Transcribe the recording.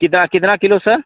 कितना कितना kilo sir